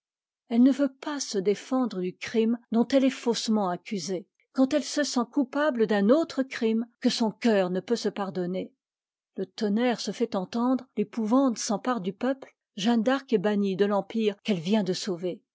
elle ne veut pas se défendre du crime dont elle est faussement accusée quand elle se sent coupable d'un autre crime que son cœur ne peut se pardonner le tonnerre se fait entendre t'épouvante s'empare du peuple jeanne d'arc est bannie de l'empire qu'elle vient de sauver